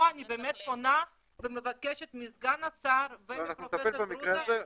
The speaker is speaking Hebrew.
פה אני באמת פונה ומבקשת מסגן השר --- אנחנו נטפל במקרה הספציפי הזה.